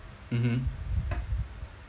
mmhmm